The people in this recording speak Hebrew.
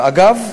אגב,